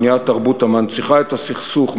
בניית תרבות המנציחה את הסכסוך,